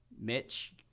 Mitch